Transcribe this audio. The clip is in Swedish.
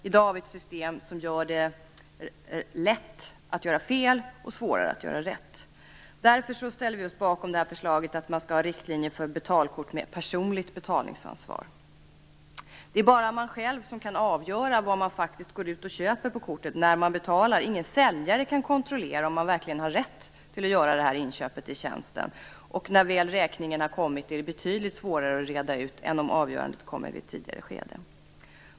I dag har vi ett system som gör det lätt att göra fel och svårare att göra rätt. Därför ställer vi oss bakom förslaget att man skall ha riktlinjer för betalkort med personligt betalningsansvar. Det är bara man själv som kan avgöra vad man faktiskt går ut och köper på kortet när man betalar. Ingen säljare kan kontrollera om man verkligen har rätt att göra det här inköpet i tjänsten. När räkningen väl har kommit är det betydligt svårare att reda ut det än om avgörandet kommer i ett tidigare skede.